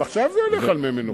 גם עכשיו הכול הולך על מי מנוחות,